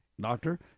doctor